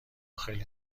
خیلی